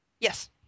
Yes